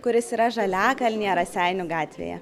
kuris yra žaliakalnyje raseinių gatvėje